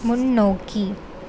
முன்னோக்கி